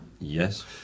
Yes